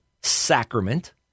sacrament